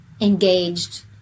engaged